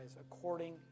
according